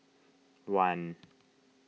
one